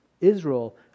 Israel